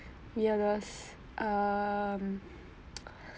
ya it was um